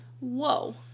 Whoa